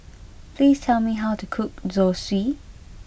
please tell me how to cook Zosui